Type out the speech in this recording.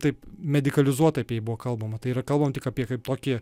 taip medikalizuotai apie jį buvo kalbama tai yra kalbama apie kaip tokį